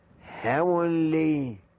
heavenly